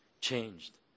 changed